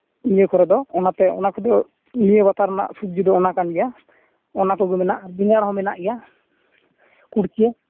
ᱱᱤᱭᱟᱹ ᱠᱚᱨᱮᱫᱚ ᱚᱱᱟᱛᱮ ᱚᱱᱟ ᱠᱚᱫᱚ ᱱᱤᱭᱟᱹ ᱵᱟᱛᱟᱨ ᱨᱮᱱᱟᱜ ᱥᱚᱵᱡᱤ ᱫᱚ ᱚᱱᱟ ᱠᱟᱱ ᱜᱮᱭᱟ ᱚᱱᱟ ᱠᱚᱫᱚ ᱢᱮᱱᱟᱜ ᱜᱮᱭᱟ ᱵᱮᱸᱜᱟᱲ ᱦᱚᱸ ᱢᱮᱱᱟᱜ ᱜᱮᱭᱟ ᱠᱩᱲᱪᱟᱹ